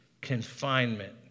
confinement